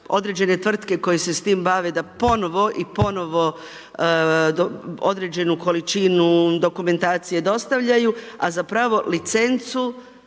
određene tvrtke koje se s tim bave da ponovo i ponovo određenu količinu dokumentacije dostavljaju, a zapravo licencu